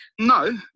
No